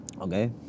Okay